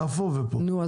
יש